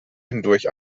hindurch